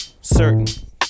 certain